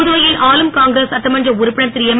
புதுவையில் ஆளும் காங்கிரஸ் சட்டமன்ற உறுப்பினர் திருஎம்